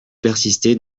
persistez